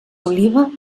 oliva